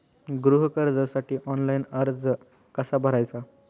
गृह कर्जासाठी ऑनलाइन अर्ज कसा भरायचा?